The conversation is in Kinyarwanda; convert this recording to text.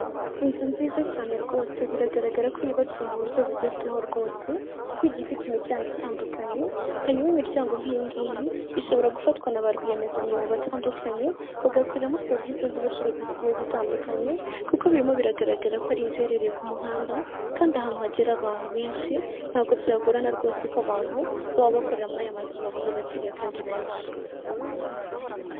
Inzu nziza cyane rwose biragaragara ko yubatswe mu buryo bugezweho rwose kuko ifite imiryango itandukanye, hanyuma imiryango nk'iyi ngiyi ishobora gufatwa na ba rwiyemezamirimo batandukanye bagakoreramo serivisi z'ubucuruzi zigiye zitandukanye kuko birimo biragaragara ko ari inzu iherereye ku muhanda, kandi ahantu hagera abantu benshi ntabwo byagorana rwose ko abantu baba bakorera muri aya mazu babona abakiriya kandi benshi.